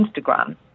Instagram